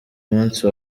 munsi